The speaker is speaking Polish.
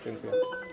Dziękuję.